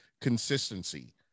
consistency